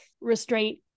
restraint